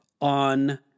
on